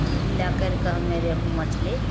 तऽ ई लै करिके हमे रेहू मछली